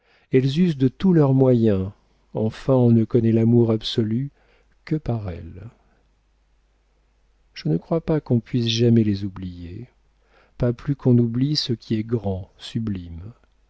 elles usent de tous leurs moyens enfin on ne connaît l'amour absolu que par elles je ne crois pas qu'on puisse jamais les oublier pas plus qu'on n'oublie ce qui est grand